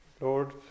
Lord